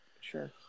Sure